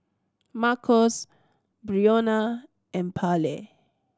Marcos Brionna and Pallie